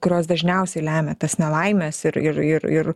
kurios dažniausiai lemia tas nelaimes ir ir ir ir